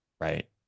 right